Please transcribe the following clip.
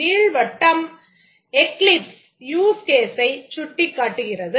நீள்வட்டம் eclipse use case ஐ சுட்டிக்காட்டுகிறது